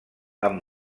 amb